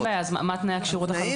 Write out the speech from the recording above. אין בעיה, אז מה תנאי הכשירות החלופיים?